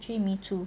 actually me too